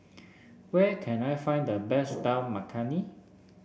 where can I find the best Dal Makhani